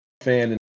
fan